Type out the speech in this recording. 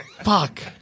Fuck